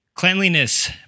Cleanliness